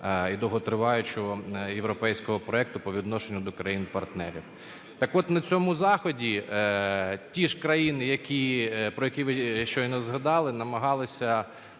і довготриваючого європейського проекту по відношенню до країн-партнерів. Так от на цьому заході ті ж країни, про які ви щойно згадали, намагалися